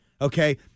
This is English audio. Okay